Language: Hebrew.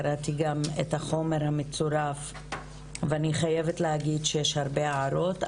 קראתי גם את החומר המצורף ואני חייבת להגיד שיש הרבה הערות.